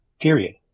Period